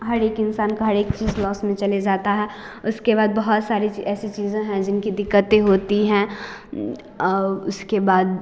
हर एक इंसान का हर एक चीज लॉस में चला जाता है उसके बाद बहुत सारी ऐसी चीज़ें हैं जिनकी दिक्कत होती है और उसके बाद